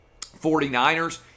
49ers